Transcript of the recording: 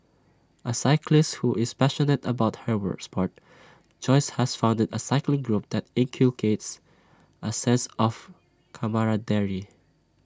A cyclist who is passionate about her were Sport Joyce has founded A cycling group that inculcates A sense of camaraderie